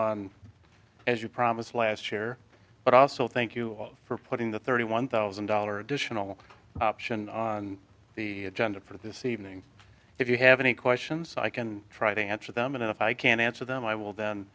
on as you promised last year but i also thank you all for putting the thirty one thousand dollar additional option on the agenda for this evening if you have any questions i can try to answer them and if i can answer them i will then